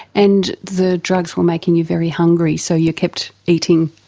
and the drugs were making you very hungry so you kept eating.